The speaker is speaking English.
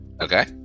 okay